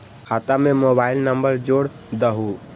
खाता में mobile number जोड़ दहु?